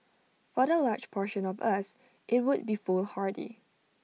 for the large portion of us IT would be foolhardy